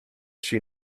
she